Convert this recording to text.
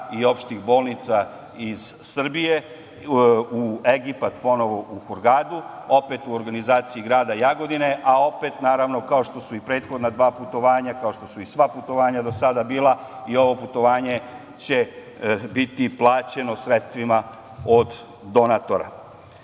i opštih bolnica iz Srbije u Egipat, ponovo u Hurgadu, opet u organizaciji grada Jagodine, a opet, naravno, kao što su i prethodna dva putovanja, kao što su i sva putovanja do sada bila, i ovo putovanje će biti plaćeno sredstvima od donatora. Tako